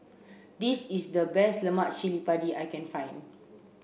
this is the best Lemak Cili Padi I can find